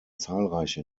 zahlreiche